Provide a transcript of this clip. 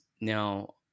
Now